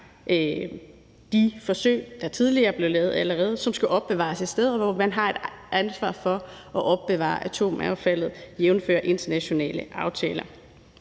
de forsøg, der tidligere blev lavet, og som skal opbevares et sted, og vi har jo et ansvar for at opbevare atomaffaldet, jævnfør internationale aftaler.